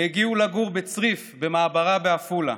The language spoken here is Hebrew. והגיעו לגור בצריף במעברה בעפולה.